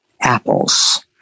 Apples